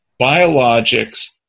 biologics